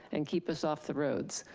and keep us off the roads.